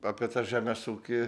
apie tą žemės ūkį